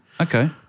Okay